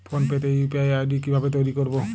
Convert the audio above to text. Phone pay তে UPI ID কি ভাবে তৈরি করবো?